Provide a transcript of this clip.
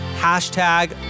hashtag